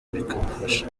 bikadufasha